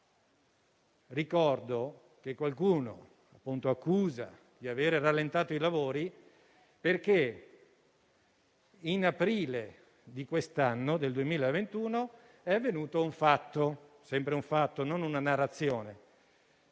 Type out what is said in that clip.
ricordo che qualcuno accusa di aver rallentato i lavori, perché nell'aprile di quest'anno, il 2021, è avvenuto un fatto - sempre un fatto, non una narrazione